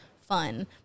fun